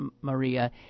Maria